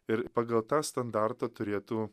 ir pagal tą standartą turėtų